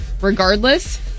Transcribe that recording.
regardless